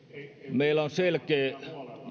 meillä on selkeä